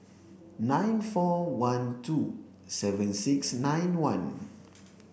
nine four one two seven six nine one